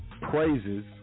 praises